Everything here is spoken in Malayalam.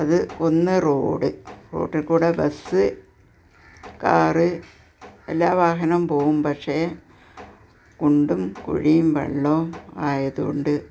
അത് ഒന്ന് റോഡ് റോഡില് കൂടെ ബസ് കാർ എല്ലാ വാഹനവും പോകും പക്ഷെ കുണ്ടും കുഴിയും വെള്ളവും ആയതുകൊണ്ട്